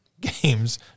games